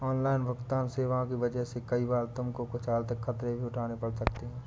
online भुगतन्न सेवाओं की वजह से कई बार तुमको कुछ आर्थिक खतरे भी उठाने पड़ सकते हैं